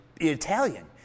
Italian